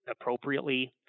appropriately